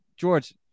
George